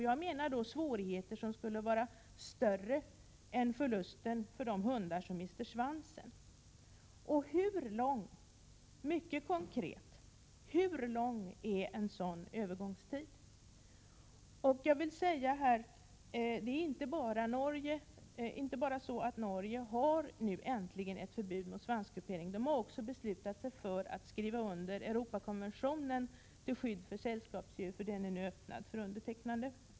Jag menar då sådant som är svårare än just hundarnas förlust av svansen. Sedan en mycket konkret fråga: Hur lång blir en sådan övergångstid? Norge har äntligen ett förbud mot svanskupering, men där har man också beslutat sig för att skriva under den Europakonvention till skydd för sällskapsdjur som nu är klar för undertecknande.